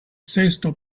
sesto